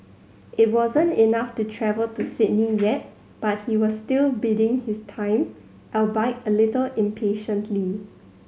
it wasn't enough to travel to Sydney yet but he was still biding his time albeit a little impatiently